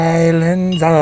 islands